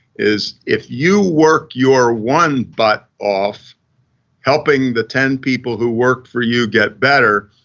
is if you work your one butt off helping the ten people who work for you get better,